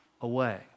away